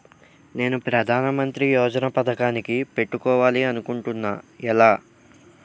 నేను ప్రధానమంత్రి యోజన పథకానికి పెట్టుకోవాలి అనుకుంటున్నా ఎలా?